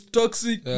toxic